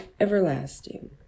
everlasting